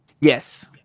Yes